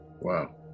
Wow